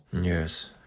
Yes